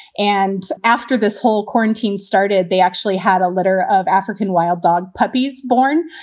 and after this whole quarantine started, they actually had a litter of african wild dog puppies born.